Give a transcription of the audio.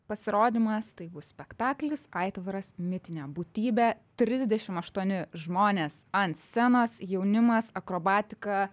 pasirodymas tai bus spektaklis aitvaras mitinė būtybė trisdešim aštuoni žmonės ant scenos jaunimas akrobatika